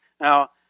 Now